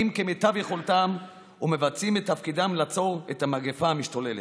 כמיטב יכולתם ומבצעים את תפקידם לעצור את המגפה המשתוללת.